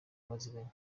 baziranye